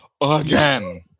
again